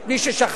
את מי ששכחתי,